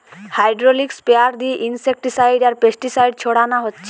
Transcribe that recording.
hydraulic sprayer দিয়ে insecticide আর pesticide ছোড়ানা হচ্ছে